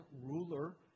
ruler